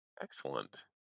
Excellent